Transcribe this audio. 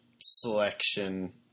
selection